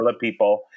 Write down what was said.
people